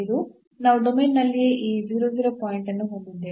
ನಾವು ಡೊಮೇನ್ನಲ್ಲಿಯೇ ಈ ಪಾಯಿಂಟ್ ಅನ್ನು ಹೊಂದಿದ್ದೇವೆ